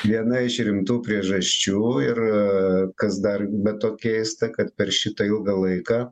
viena iš rimtų priežasčių ir kas dar be to keista kad per šitą ilgą laiką